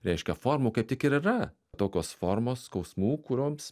reiškia formų kaip tik ir yra tokios formos skausmų kurioms